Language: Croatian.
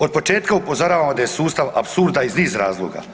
Otpočetka upozoravamo da je sustav apsurda iz niz razloga.